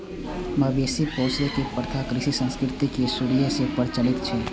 मवेशी पोसै के प्रथा कृषि संस्कृति के शुरूए सं प्रचलित छै